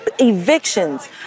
Evictions